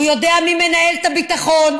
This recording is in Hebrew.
הוא יודע מי מנהל את הביטחון,